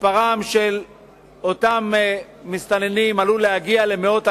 מספרם של אותם מסתננים עלול להגיע למאות אלפים,